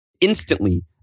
instantly